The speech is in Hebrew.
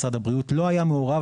משרד הבריאות לא היה מעורב,